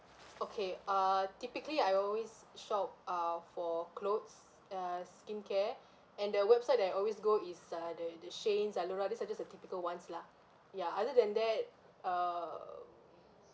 okay uh typically I always shop uh for clothes uh skin care and the website that I always go is uh the the shein zalora these are just the typical ones lah ya other than that uh